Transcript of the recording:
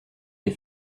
les